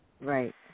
Right